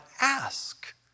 ask